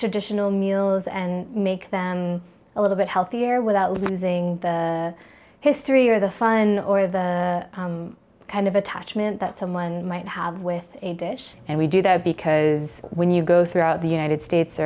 traditional meals and make them a little bit healthier without losing the history or the fun or the kind of attachment that someone might have with a dish and we do that because when you go throughout the united states